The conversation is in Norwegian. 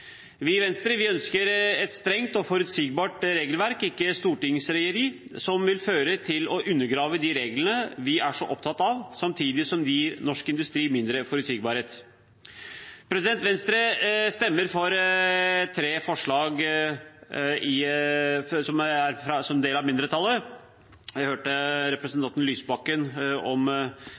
Vi i Venstre ønsker et strengt og forutsigbart regelverk – ikke stortingsregjereri, som vil bidra til å undergrave de reglene vi er så opptatt av, samtidig som det gir norsk industri mindre forutsigbarhet. Venstre vil, som del av mindretallet, stemme for tre forslag – jeg hørte representanten Lysbakken snakke om de andre som